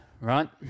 right